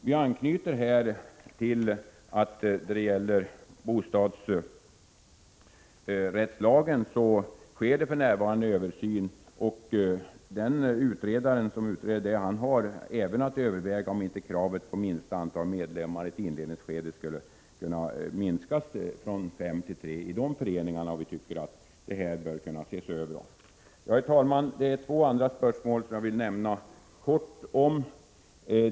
Vi anknyter här till att det beträffande bostadsrättslagen för närvarande sker en översyn, och den som utreder detta har även att överväga om inte kravet på minsta antal medlemmar i ett inledningsskede skulle kunna minskas från fem till tre i sådana föreningar. Vi tycker att det här bör kunna ses över i samma sammanhang. Herr talman! Det är två andra spörsmål jag vill nämna helt kort.